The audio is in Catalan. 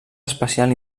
especial